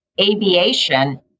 aviation